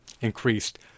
increased